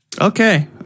Okay